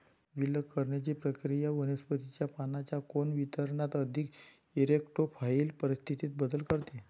विलग करण्याची प्रक्रिया वनस्पतीच्या पानांच्या कोन वितरणात अधिक इरेक्टोफाइल परिस्थितीत बदल करते